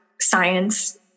science